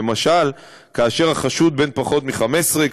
למשל כאשר החשוד בן פחות מ-15,